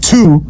Two